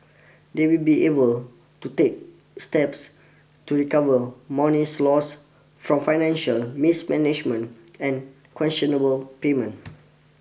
they will be able to take steps to recover monies lost from financial mismanagement and questionable payment